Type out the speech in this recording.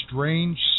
Strange